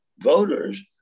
voters